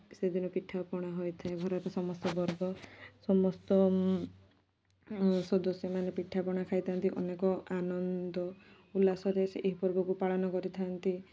ସେଦିନ ପିଠାପଣା ହୋଇଥାଏ ଘରର ସମସ୍ତ ବର୍ଗ ସମସ୍ତ ସଦସ୍ୟ ମାନେ ପିଠାପଣା ଖାଇଥାନ୍ତି ଅନେକ ଆନନ୍ଦ ଉଲ୍ଲାସରେ ସେ ଏହି ପର୍ବକୁ ପାଳନ କରିଥାନ୍ତି